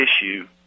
issue